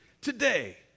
today